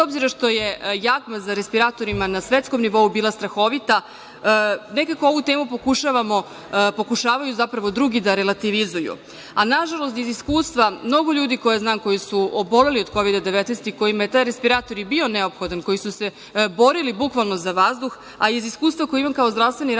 obzira što je jagma za respiratorima na svetskom nivou bila strahovita, nekako ovu temu pokušavamo, zapravo, pokušavaju drugi da relativizuju. Nažalost, iz iskustva, mnogo ljudi koje znam koji su oboleli od COVID – 19 i kojima je taj respirator i bio neophodan, koji su se borili bukvalno za vazduh, a iz iskustva koje imam kao zdravstveni radnik